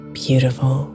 beautiful